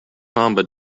samba